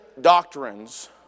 doctrines